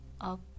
up